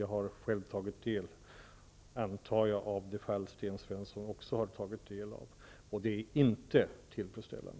Jag har själv tagit del av -- antar jag -- det fall som Sten Svensson har tagit del av. Detta är inte tillfredsställande.